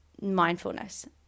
mindfulness